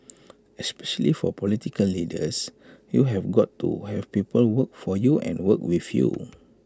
especially for political leaders you've got to have people work for you and work with you